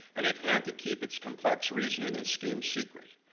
and it had to keep its complex reasoning and schemes secret.